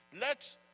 Let